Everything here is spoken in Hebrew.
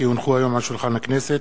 כי הונחו היום על שולחן הכנסת,